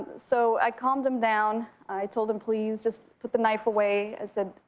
so i calmed him down. i told him, please, just put the knife away. i said,